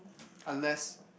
unless